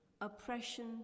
oppression